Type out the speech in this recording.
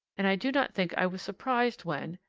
and i do not think i was surprised when,